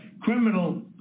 criminal